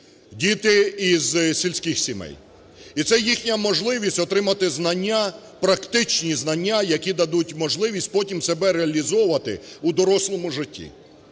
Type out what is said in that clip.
діти із сільських сімей. І це їхня можливість отримати знання, практичні знання, які дадуть можливість потім себе реалізовувати у дорослому житті.